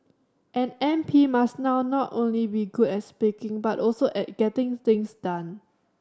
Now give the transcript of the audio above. an M P must now not only be good at speaking but also at getting things done